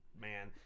man